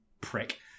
prick